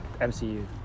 MCU